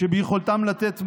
וביכולתם לתת מענה,